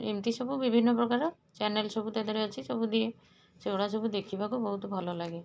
ଏମିତି ସବୁ ବିଭିନ୍ନ ପ୍ରକାର ଚ୍ୟାନେଲ୍ ସବୁ ତା' ଦେହରେ ଅଛି ସବୁ ଦିଏ ସେଗୁଡ଼ାକ ସବୁ ଦେଖିବାକୁ ବହୁତ ଭଲ ଲାଗେ